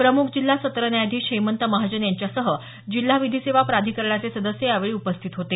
प्रमुख जिल्हा सत्र न्यायाधीश हेमंत महाजन यांच्यासह जिल्हा विधी सेवा प्राधिकरणाचे सदस्य यावेळी उपस्थित होते